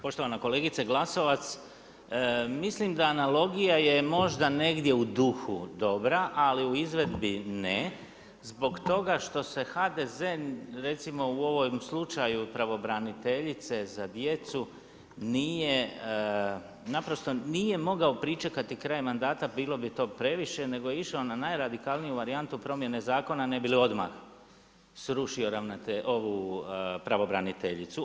Poštovana kolegice Glasovac, mislim da analogija je možda negdje u duhu dobra ali u izvedbi ne zbog toga što se HDZ, recimo u ovom slučaju pravobraniteljice za djecu nije naprosto nije mogao pričekati kraj mandata, bilo bi to previše nego je išao na najradikalniju varijantu promjene zakona ne bi li odmah srušio pravobraniteljicu.